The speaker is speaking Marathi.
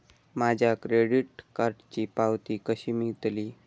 माझ्या क्रेडीट कार्डची पावती कशी मिळतली?